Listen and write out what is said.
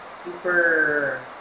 super